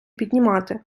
піднімати